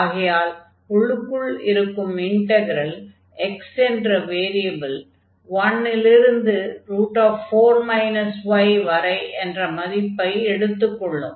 ஆகையால் உள்ளுக்குள் இருக்கும் இன்டக்ரலில் x என்ற வேரியபில் 1 லிருந்து 4 y வரை என்ற மதிப்பை எடுத்துக் கொள்ளும்